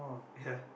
ya